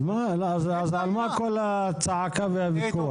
אז על מה כל הצעקה והוויכוח?